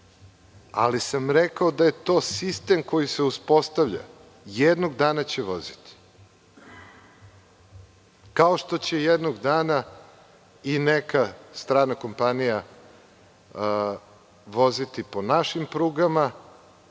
ali sam rekao da je to sistem koji se uspostavlja. Jednog dana će voziti, kao što će jednog dana i neka strana kompanija voziti po našim prugama